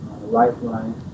lifeline